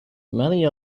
many